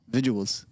Visuals